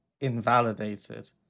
invalidated